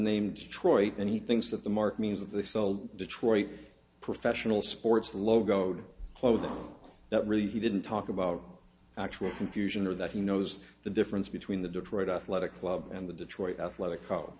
name detroit and he thinks that the mark means that they felt detroit a professional sports logo did close on that really he didn't talk about actual confusion or that he knows the difference between the detroit athletic club and the detroit athletic